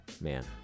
Man